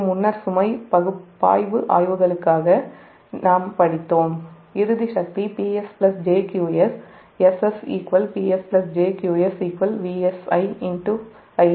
இது முன்னர் சுமை பாய்வு ஆய்வுகளுக்காக நாம் படித்தோம் இறுதி சக்தி PS jQS SS PS jQS VSI ஐ அனுப்புகிறது